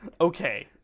Okay